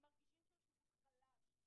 הם מרגישים שהשירות חלש,